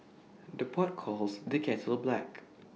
the pot calls the kettle black